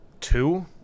Two